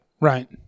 right